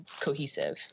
cohesive